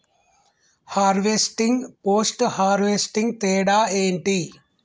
Harvesting, post harvesting తేడా ఏంటి?